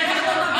אני מחכה 25 דקות.